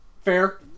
Fair